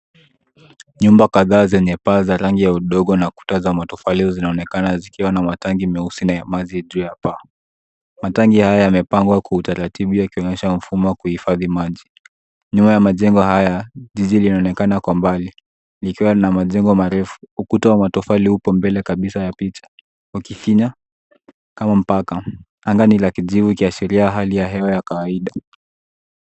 Nyumba kadhaa zenye paa ya rangi ya udongo na kuta za matofali zinaonekana zikiwa na matangi meusi na ya maji juu ya paa. Mtangi haya yamepangwa kwa utaratibu yakionyesha mfumo wa kuhifadhi maji. Nyuma ya majengo haya, jiji linaonekana kwa mbali, likiwa na majengo marefu. Ukuta wa matofali upo mbele kabisa ya picha ikifinya kama mpaka. Anga ni la kijivu ikiashiria hali ya hewa ya kawaida.